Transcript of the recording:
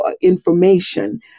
information